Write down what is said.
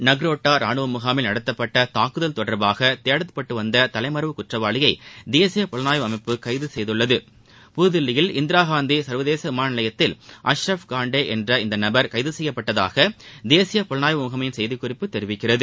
நக்ரோட்டா ராணுவ முகாமில் நடத்தப்பட்ட தாக்குதல் தொடர்பாக தேடப்பட்டு வந்த தலைமறைவு குற்றவாளியை தேசிய புலனாய்வு அமைப்பு கைது செய்துள்ளது புதுதில்லியில் இந்திராகாந்தி சர்வதேச விமான நிலையத்தில் அஷ்ரப் காண்டே என்ற இந்த நபர் கைது செய்யப்பட்டதாக தேசிய புலனாய்வு முகமையின் செய்திக்குறிப்பு தெரிவிக்கிறது